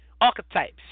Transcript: Archetypes